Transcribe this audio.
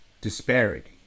disparity